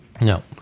No